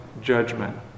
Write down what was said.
judgment